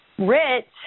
Rich